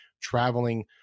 traveling